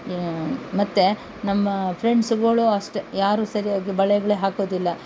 ಮತ್ತು ನಮ್ಮ ಫ್ರೆಂಡ್ಸುಗಳು ಅಷ್ಟೇ ಯಾರೂ ಸರಿಯಾಗಿ ಬಳೆಗಳೇ ಹಾಕೋದಿಲ್ಲ